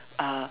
uh